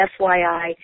FYI